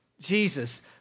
Jesus